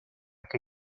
que